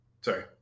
Sorry